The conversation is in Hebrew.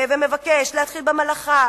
ומבקש: להתחיל במלאכה,